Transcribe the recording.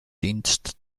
dienst